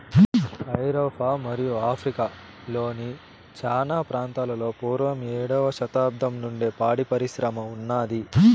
ఐరోపా మరియు ఆఫ్రికా లోని చానా ప్రాంతాలలో పూర్వం ఏడవ శతాబ్దం నుండే పాడి పరిశ్రమ ఉన్నాది